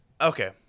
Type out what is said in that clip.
Okay